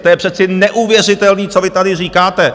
To je přece neuvěřitelný, co vy tady říkáte.